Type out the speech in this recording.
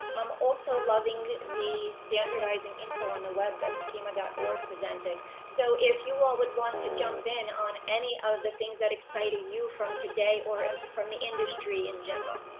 i'm also loving the standardizing info on the web that schema dot org presented. so, if you will, would want to jump in on any of the things that excited you from today or him from the industry in general.